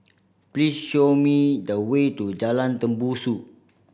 please show me the way to Jalan Tembusu